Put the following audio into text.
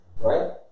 Right